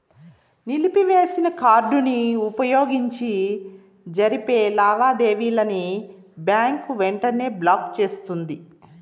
నిలిపివేసిన కార్డుని వుపయోగించి జరిపే లావాదేవీలని బ్యాంకు వెంటనే బ్లాకు చేస్తుంది